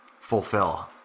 fulfill